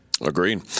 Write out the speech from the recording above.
Agreed